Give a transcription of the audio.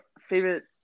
favorite